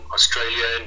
Australia